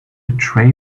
tray